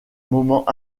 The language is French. moment